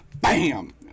Bam